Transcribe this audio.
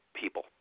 people